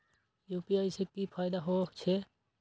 UPI से की फायदा हो छे?